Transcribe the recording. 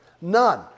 none